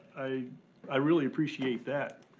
i i really appreciate that,